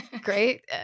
great